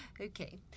Okay